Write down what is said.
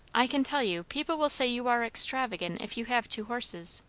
i can tell you, people will say you are extravagant if you have two horses.